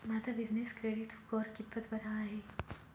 माझा business credit score कितपत बरा आहे?